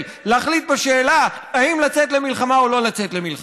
להחליט בשאלה אם לצאת למלחמה או לא לצאת למלחמה?